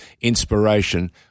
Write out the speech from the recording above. inspiration